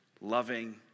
loving